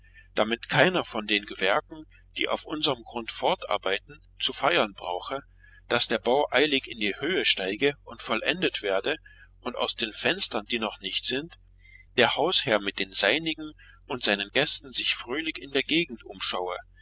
damit keiner von den gewerken die auf unserm grunde fortarbeiten zu feiern brauche daß der bau eilig in die höhe steige und vollendet werde und aus den fenstern die noch nicht sind der hausherr mit den seinigen und seinen gästen sich fröhlich in der gegend umschaue